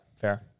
fair